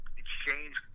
exchange